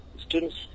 students